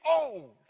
old